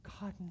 God